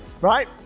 right